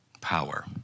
power